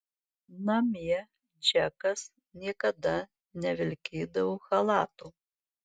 namie džekas niekada nevilkėdavo chalato